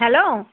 hello